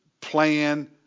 plan